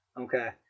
Okay